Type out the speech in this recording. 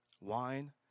Wine